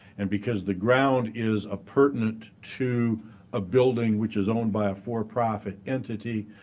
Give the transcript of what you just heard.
and because the ground is appurtenant to a building which is owned by a for profit entity,